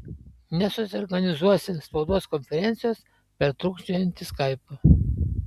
nesusiorganizuosi spaudos konferencijos per trūkčiojantį skaipą